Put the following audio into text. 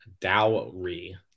Dowry